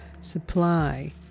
supply